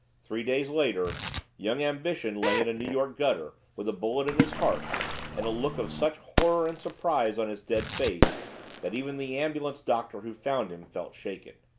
three days later young ambition lay in a new york gutter with a bullet in his heart and a look of such horror and surprise on his dead face that even the ambulance-doctor who found him felt shaken.